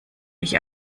ich